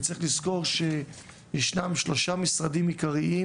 וצריך לזכור שישנם שלושה משרדים עיקריים